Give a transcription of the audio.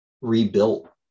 rebuilt